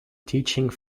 teaching